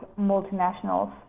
multinationals